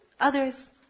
others